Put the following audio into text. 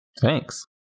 Thanks